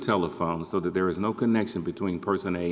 telephone so that there is no connection between person a